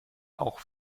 auch